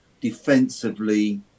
defensively